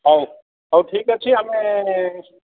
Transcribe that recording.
ହଉ ହଉ ଠିକ୍ ଅଛି ଆମେ